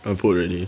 I vote already